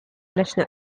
leśne